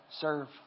serve